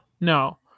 no